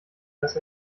dass